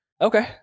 Okay